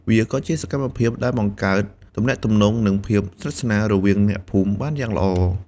វាក៏ជាសកម្មភាពដែលបង្កើតទំនាក់ទំនងនិងភាពស្និទ្ធស្នាលរវាងអ្នកភូមិបានយ៉ាងល្អ។